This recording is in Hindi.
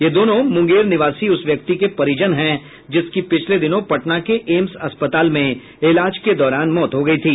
ये दोनों मुंगेर निवासी उस व्यक्ति के परिजन हैं जिसकी पिछले दिनों पटना के एम्स अस्पताल में इलाज के दौरान मौत हो गयी थी